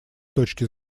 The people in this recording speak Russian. точки